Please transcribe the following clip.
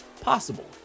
possible